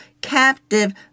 captive